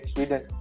Sweden